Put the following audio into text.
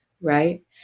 right